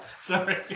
Sorry